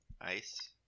Ice